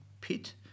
pit